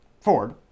Ford